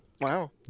Wow